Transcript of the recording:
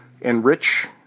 enrich